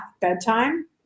bedtime